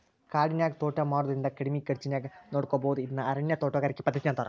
ಕಾಡಿನ್ಯಾಗ ತೋಟಾ ಮಾಡೋದ್ರಿಂದ ಕಡಿಮಿ ಖರ್ಚಾನ್ಯಾಗ ನೋಡ್ಕೋಬೋದು ಇದನ್ನ ಅರಣ್ಯ ತೋಟಗಾರಿಕೆ ಪದ್ಧತಿ ಅಂತಾರ